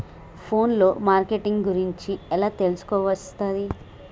Phone లో marketing గురించి ఎలా తెలుసుకోవస్తది?